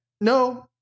no